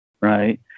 right